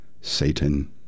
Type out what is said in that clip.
Satan